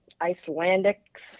Icelandic